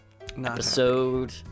Episode